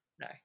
No